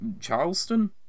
Charleston